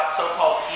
so-called